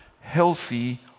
healthy